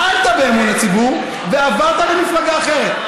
מעלת באמון הציבור ועברת למפלגה אחרת.